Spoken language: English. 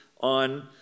on